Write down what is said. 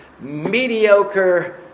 mediocre